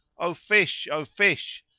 o fish! o fish!